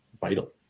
vital